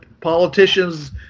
politicians